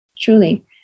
Truly